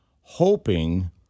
hoping